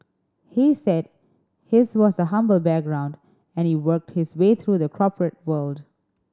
he said his was a humble background and he worked his way through the corporate world